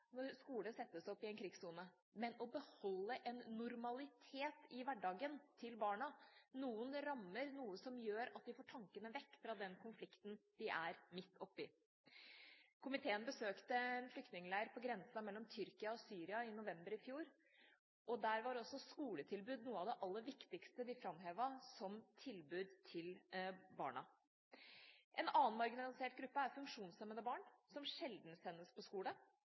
når skole settes opp i en krigssone, men at de beholder en normalitet i hverdagen – noen rammer som gjør at de får tankene vekk fra den konflikten de er midt oppe i. Komiteen besøkte en flyktningleir på grensen mellom Tyrkia og Syria i november i fjor. Der var skoletilbud noe av det aller viktigste de framhevet som tilbud til barna. En annen marginalisert gruppe er funksjonshemmede barn, som sjelden sendes på skole,